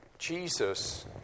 Jesus